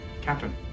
Captain